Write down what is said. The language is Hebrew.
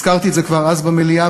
הזכרתי את זה כבר אז במליאה,